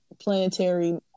planetary